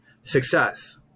success